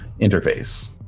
interface